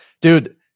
Dude